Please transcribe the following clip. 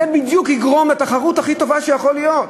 זה בדיוק יגרום לתחרות הכי טובה שיכולה להיות.